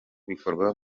bikorwa